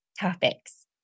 topics